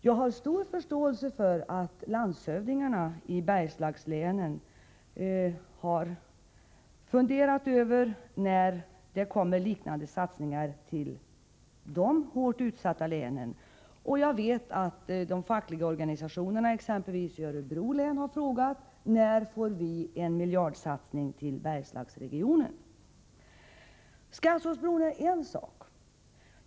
Jag har stor förståelse för att landshövdingarna i Bergslagslänen har funderat över när det kommer liknande satsningar till de hårt utsatta länen där, och jag vet att de fackliga organisationerna i exempelvis Örebro län har frågat: När får vi en miljardsatsning till Bergslagsregionen? Skasåsbron är en sak.